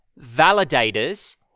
validators